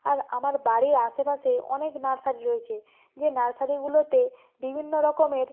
আর আমার বাড়ির আশেপাশে অনেক নার্সারি রয়েছে যে নার্সারিগুলোতে বিভিন্ন রকমের